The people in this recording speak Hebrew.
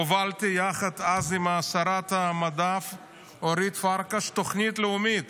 הובלתי אז ביחד עם שרת המדע אורית פרקש תוכנית לאומית